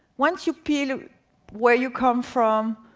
once you peel where you come from,